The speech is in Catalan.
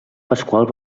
pasqual